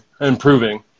improving